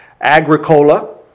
Agricola